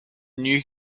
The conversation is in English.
new